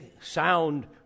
sound